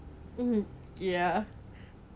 um ya